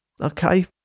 okay